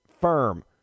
firm